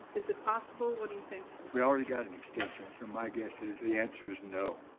is it possible, what do you think? we already got an extension so my guess is the answer is no.